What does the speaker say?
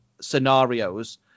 scenarios